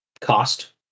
cost